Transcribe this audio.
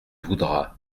voudra